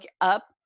up